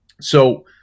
So-